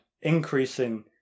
increasing